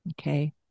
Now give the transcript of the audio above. Okay